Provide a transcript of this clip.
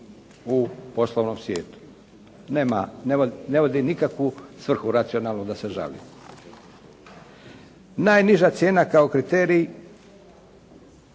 u poslovnom svijetu. Nema, ne vodi nikakvu svrhu racionalnu da se žalimo. Najniža cijena kao kriterij